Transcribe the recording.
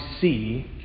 see